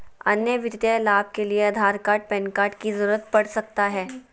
अन्य वित्तीय लाभ के लिए आधार कार्ड पैन कार्ड की जरूरत पड़ सकता है?